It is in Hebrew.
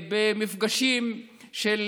במפגשים של